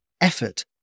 effort